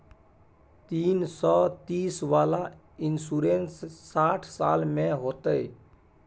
तीन सौ तीस वाला इन्सुरेंस साठ साल में होतै?